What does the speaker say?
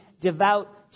devout